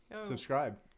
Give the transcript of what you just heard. subscribe